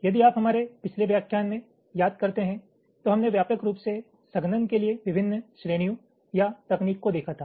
यदि आप हमारे पिछले व्याख्यान में याद करते हैं तो हमने व्यापक रूप से संघनन के लिए विभिन्न श्रेणियों या तकनीक को देखा था